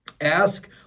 ask